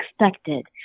expected